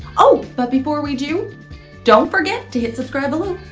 oh, but before we do don't forget to hit subscribe below.